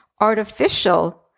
Artificial